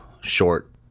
short